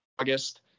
August